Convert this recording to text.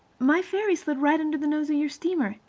my ferry slid right under the nose of your steamer,